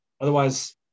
Otherwise